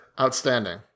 Outstanding